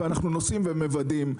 ואנחנו נוסעים ומוודאים.